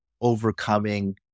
overcoming